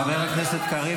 חבר הכנסת קריב,